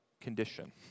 condition